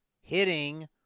hitting